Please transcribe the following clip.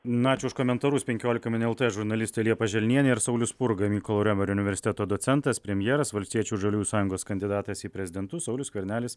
na ačiū už komentarus penkiolika min lt žurnalistė liepa želnienė ir saulius spurga mykolo romerio universiteto docentas premjeras valstiečių ir žaliųjų sąjungos kandidatas į prezidentus saulius skvernelis